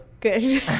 good